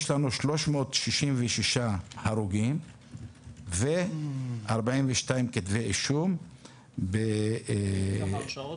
יש לנו 366 הרוגים ו-42 כתבי אישום -- כמה הרשעות?